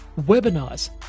webinars